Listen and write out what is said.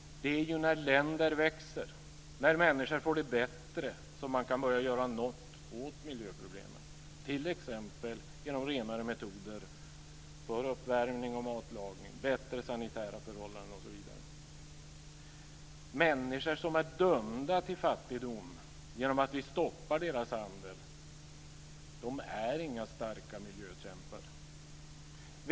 Det är ju när länder växer, när människor får det bättre, som man kan börja göra något åt miljöproblemen, t.ex. genom renare metoder för uppvärmning och matlagning, bättre sanitära förhållanden osv. Människor som är dömda till fattigdom genom att vi stoppar deras handel är inga starka miljökämpar.